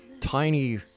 tiny